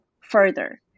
further